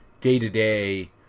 day-to-day